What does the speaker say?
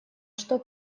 что